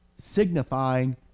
signifying